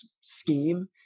scheme